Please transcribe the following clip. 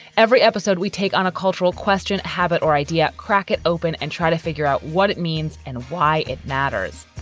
every episode we take on a cultural question, habit or idea. crack it open and try to figure out what it means and why it matters.